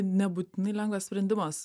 nebūtinai lengvas sprendimas